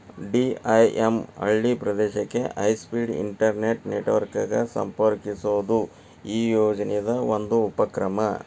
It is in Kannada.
ಡಿ.ಐ.ಎಮ್ ಹಳ್ಳಿ ಪ್ರದೇಶಕ್ಕೆ ಹೈಸ್ಪೇಡ್ ಇಂಟೆರ್ನೆಟ್ ನೆಟ್ವರ್ಕ ಗ ಸಂಪರ್ಕಿಸೋದು ಈ ಯೋಜನಿದ್ ಒಂದು ಉಪಕ್ರಮ